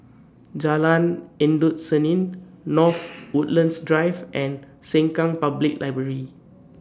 Jalan Endut Senin North Woodlands Drive and Sengkang Public Library